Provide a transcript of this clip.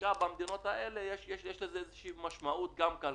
בחקיקה במדינות האלה יש לזה משמעות כלכלית.